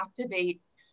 activates